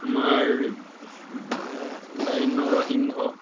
আমাৰ বাৰীত নৰসিংহ